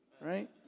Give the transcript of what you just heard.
Right